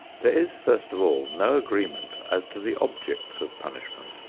there is first of all no agreement as to the objects of punishment.